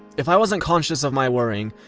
if i wasn't conscious of my worrying,